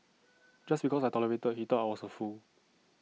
just because I tolerated he thought I was A fool